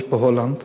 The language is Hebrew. יש בהולנד,